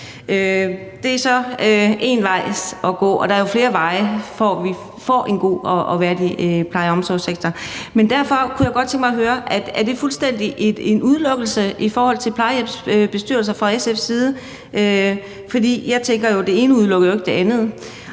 Det er så én vej at gå, og der er jo flere veje til, at vi får en god og værdig pleje- og omsorgssektor. Derfor kunne jeg godt tænke mig at høre: Er der fra SF's side en fuldstændig udelukkelse i forhold til plejehjemsbestyrelser? For jeg tænker jo, at det ene ikke udelukker det andet.